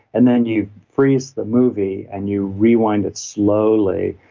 and then you freeze the movie and you rewind it slowly.